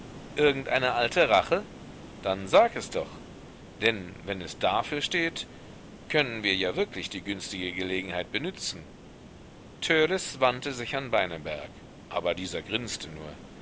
irgendeine alte rache dann sag es doch denn wenn es dafür steht können wir ja wirklich die günstige gelegenheit benützen törleß wandte sich an beineberg aber dieser grinste nur